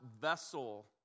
vessel